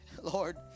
Lord